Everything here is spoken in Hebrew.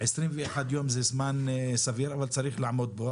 21 יום זה זמן סביר אבל צריך לעמוד בו,